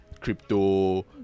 crypto